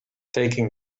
taking